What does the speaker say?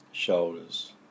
Shoulders